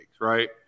right